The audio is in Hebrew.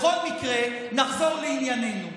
בכל מקרה, נחזור לענייננו.